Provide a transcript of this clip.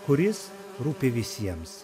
kuris rūpi visiems